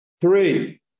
Three